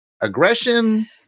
Aggression